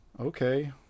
okay